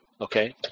Okay